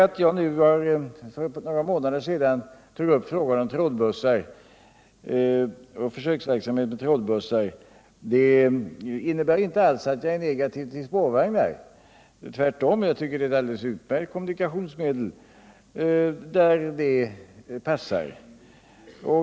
Att jag för några månader sedan tog upp frågan om försöksverksamhet med trådbussar innebär alls inte att jag är negativ till spårvagnar. Tvärtom tycker jag att de är ett alldeles utmärkt kommunikationsmedel där de passar.